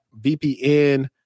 VPN